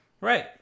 Right